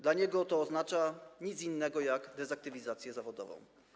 Dla niego nie oznacza to niczego innego, jak dezaktywizację zawodową.